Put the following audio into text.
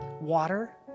water